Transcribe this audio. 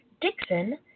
Dixon